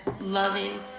loving